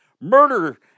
Murder